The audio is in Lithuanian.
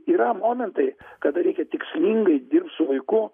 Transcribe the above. yra momentai kada reikia tikslingai dirbt su vaiku